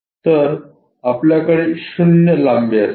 तर आपल्याकडे 0 लांबी असेल